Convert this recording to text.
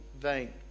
vain